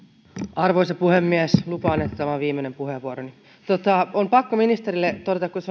arvoisa puhemies lupaan että tämä on viimeinen puheenvuoroni on pakko ministerille todeta kun